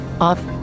Off-